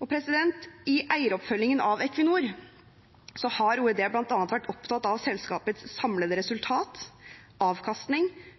I eieroppfølgingen av Equinor har Olje- og energidepartementet bl.a. vært opptatt av selskapets samlede resultat, avkastning,